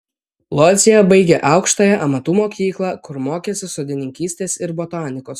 lodzėje baigė aukštąją amatų mokyklą kur mokėsi sodininkystės ir botanikos